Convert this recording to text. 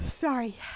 sorry